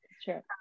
sure